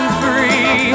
free